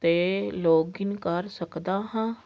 'ਤੇ ਲੌਗਇਨ ਕਰ ਸਕਦਾ ਹਾਂ